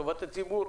לטובת הציבור.